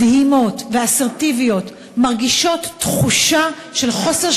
מדהימות ואסרטיביות מרגישות תחושה של חוסר